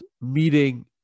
meeting